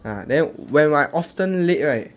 ah then when I often late right